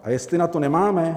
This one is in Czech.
A jestli na to nemáme?